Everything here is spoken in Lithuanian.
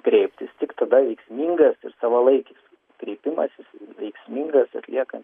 kreiptis tik tada sėkmingas ir savalaikis kreipimasis į veiksmingas atliekant